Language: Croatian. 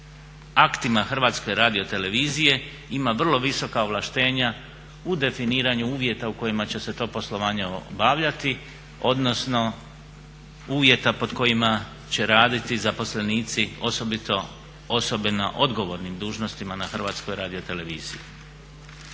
aktima HRT-a ima vrlo visoka ovlaštenja u definiranju uvjeta u kojima će se to poslovanje obavljati, odnosno uvjeta pod kojima će raditi zaposlenici, osobito osobe na odgovornim dužnostima na HRT-u. Zanimanje